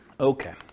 okay